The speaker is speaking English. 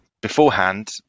beforehand